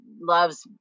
loves